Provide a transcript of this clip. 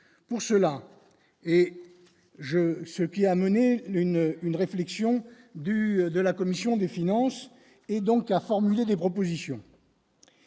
pour cela et je ce qui a mené une une réflexion du de la commission des finances, et donc a formulé des propositions,